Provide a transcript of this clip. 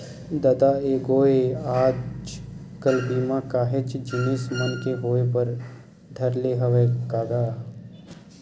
ददा ऐ गोय आज कल बीमा काहेच जिनिस मन के होय बर धर ले हवय का गा?